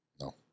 No